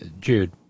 Jude